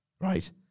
right